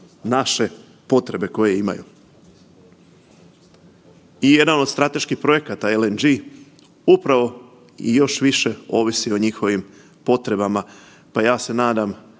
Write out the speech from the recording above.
naše potrebe koje imaju. I jedan od strateških projekata LNG upravo i još više ovisi o njihovim potrebama, pa ja se nadam